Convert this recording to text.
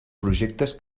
projectes